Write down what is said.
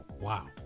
Wow